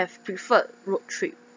preferred road trip